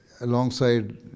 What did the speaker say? alongside